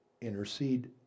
intercede